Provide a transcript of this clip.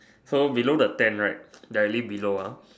so below the tent right directly below uh